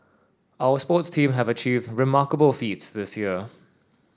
our sports teams have achieved remarkable feats this year